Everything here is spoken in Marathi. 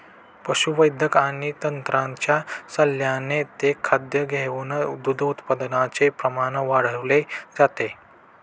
पशुवैद्यक आणि तज्ञांच्या सल्ल्याने ते खाद्य देऊन दूध उत्पादनाचे प्रमाण वाढवले जाते